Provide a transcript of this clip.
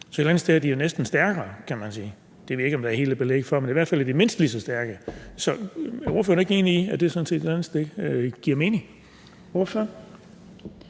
Så et eller andet sted er de jo næsten stærkere, kan man sige. Det ved jeg ikke om der helt er belæg for, men de er i hvert fald mindst lige så stærke. Så er ordføreren ikke enig i, at det sådan set giver mening?